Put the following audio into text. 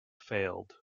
failed